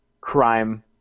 crime